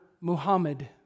Muhammad